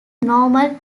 normal